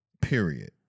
period